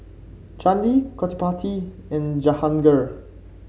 Chandi Gottipati and Jahangir